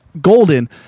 golden